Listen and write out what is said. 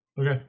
okay